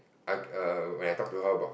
ugh err when I talk to her about